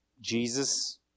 Jesus